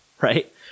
right